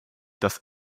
dass